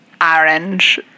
orange